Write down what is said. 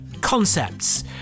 concepts